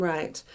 Right